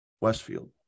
Westfield